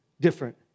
different